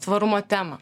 tvarumo temą